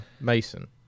Mason